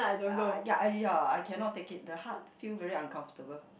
uh ya I ya I cannot take it the heart feel very uncomfortable